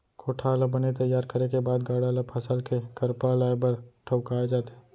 कोठार ल बने तइयार करे के बाद गाड़ा ल फसल के करपा लाए बर ठउकाए जाथे